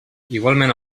igualment